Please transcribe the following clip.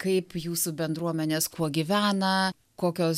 kaip jūsų bendruomenės kuo gyvena kokios